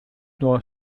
nur